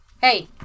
Hey